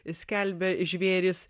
skelbia žvėris